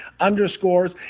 underscores